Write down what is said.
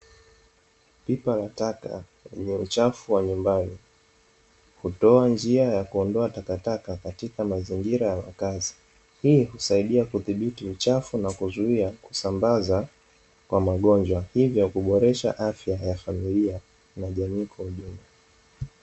Pipa la taka lenye uchafu wa nyumbani hutoa njia ya kuondoa takataka katika mazingira ya makazi, hii husaidia kudhibiti uchafu na kuzuia kusambaza kwa magonjwa hivyo kuboresha afya ya familia na jamii kwa ujumla.